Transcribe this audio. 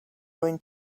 going